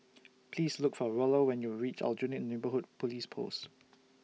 Please Look For Rollo when YOU REACH Aljunied Neighbourhood Police Post